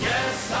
Yes